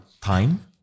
Time